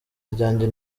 ryanjye